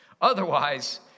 Otherwise